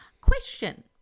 question